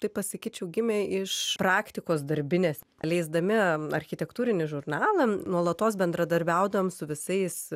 tai pasakyčiau gimė iš praktikos darbinės leisdami architektūrinį žurnalą nuolatos bendradarbiaudavom su visais